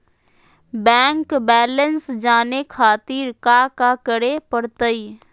Bank balance जाने खातिर काका करे पड़तई?